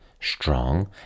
strong